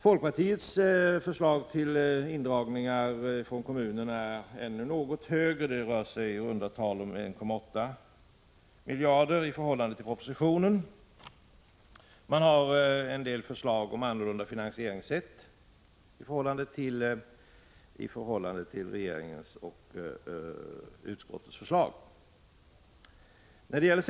Folkpartiets förslag till indragningar från kommunerna är ännu något högre, i runda tal 1,8 miljarder högre än propositionens förslag. Man har också en del förslag om andra finanseringssätt än vad regeringen och utskottet föreslår.